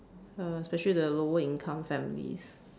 uh especially the lower income families